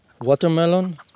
Watermelon